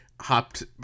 hopped